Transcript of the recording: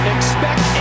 Expect